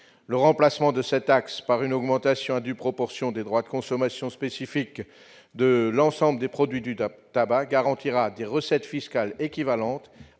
Le remplacement de cette taxe par une augmentation, à due proportion, des droits de consommation spécifiques de l'ensemble des produits du tabac garantira des recettes fiscales équivalentes,